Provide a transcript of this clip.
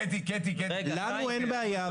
לנו אין בעיה,